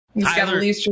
Tyler